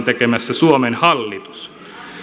tekemässä suomen hallitus